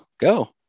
go